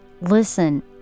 Listen